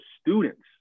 students